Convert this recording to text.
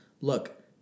look